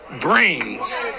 brains